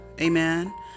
amen